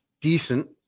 decent